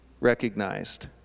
recognized